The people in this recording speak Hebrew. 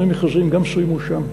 שני מכרזים גם שם.